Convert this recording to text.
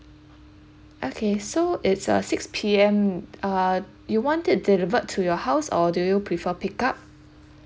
okay so it's a six P_M uh you want it delivered to your house or do you prefer pick up